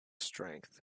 strength